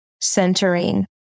centering